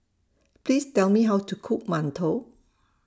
Please Tell Me How to Cook mantou